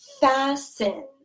fasten